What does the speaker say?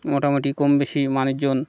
মোটামুটি কম বেশি মানুষজন